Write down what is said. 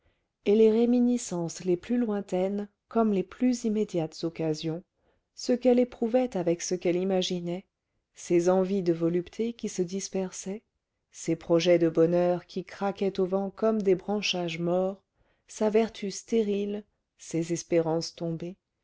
et les réminiscences les plus lointaines comme les plus immédiates occasions ce qu'elle éprouvait avec ce qu'elle imaginait ses envies de volupté qui se dispersaient ses projets de bonheur qui craquaient au vent comme des branchages morts sa vertu stérile ses espérances tombées